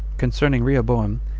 concerning rehoboam,